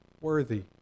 worthy